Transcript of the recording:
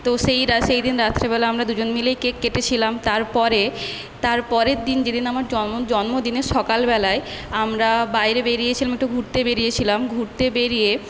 তো সেই সেইদিন রাত্রেবেলা আমরা দুজন মিলেই কেক কেটেছিলাম তারপরে তারপরের দিন যেদিন আমার জন্ম জন্মদিনের সকালবেলায় আমরা বাইরে বেরিয়েছিলাম একটু ঘুরতে বেরিয়েছিলাম ঘুরতে বেরিয়ে